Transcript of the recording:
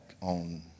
on